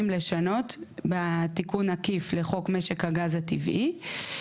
לשנות בתיקון עקיף לחוק משק הגז הטבעי.